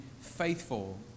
faithful